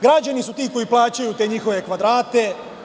Građani su ti koji plaćaju njihove kvadrate.